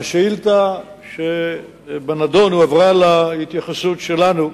השאילתא שבנדון הועברה להתייחסות שלנו.